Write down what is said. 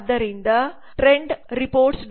ಆದ್ದರಿಂದ ಟ್ರೆಂಡ್ರೆಪೋರ್ಟ್ಸ್